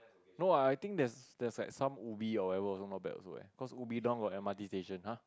no lah I think that's that's like some Ubi or ever also not bad what cause Ubi down got M_R_T station [huh]